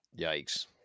Yikes